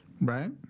Right